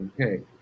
Okay